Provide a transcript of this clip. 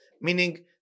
meaning